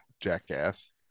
jackass